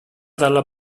dalla